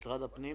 משרד הפנים.